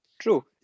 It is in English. True